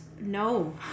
no